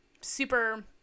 super